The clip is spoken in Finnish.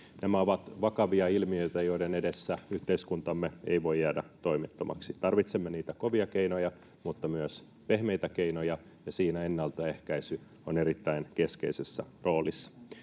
Nämä ovat vakavia ilmiöitä, joiden edessä yhteiskuntamme ei voi jäädä toimettomaksi. Tarvitsemme niitä kovia keinoja mutta myös pehmeitä keinoja, ja siinä ennaltaehkäisy on erittäin keskeisessä roolissa.